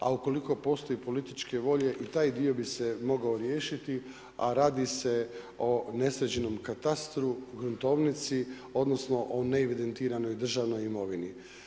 A ukoliko postoji političke volje i taj dio bi se mogao riješiti, a radi se o nesređenom katastru, gruntovnici, odnosno, o neevidentiranoj državnoj imovini.